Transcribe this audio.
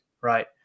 right